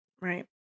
Right